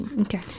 okay